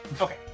Okay